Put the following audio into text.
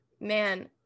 man